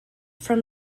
from